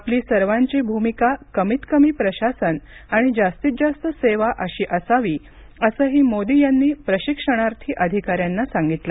आपली सर्वांची भूमिका कमीत कमी प्रशासन आणि जास्तीत जास्त सेवा अशी असावी असंही मोदी यांनी प्रशिक्षणार्थी अधिकाऱ्यांना सांगितल